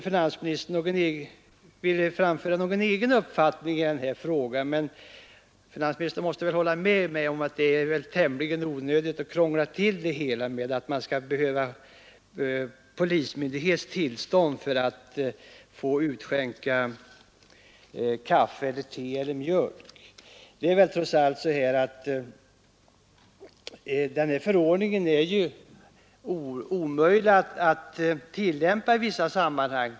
Finansministern vill inte framför någon egen uppfattning i denna fråga men måste väl hålla med mig om att det är onödigt att krångla till det hela med att kräva polismyndighets tillstånd för att få utskänka kaffe, te eller mjölk Förordningen är omöjlig att tillämpa i vissa sammanhang.